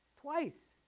twice